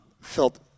felt